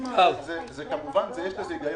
קדימה כמובן יש לזה היגיון.